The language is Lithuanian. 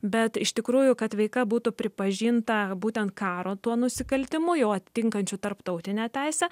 bet iš tikrųjų kad veika būtų pripažinta būtent karo tuo nusikaltimu jau atitinkančiu tarptautinę teisę